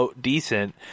decent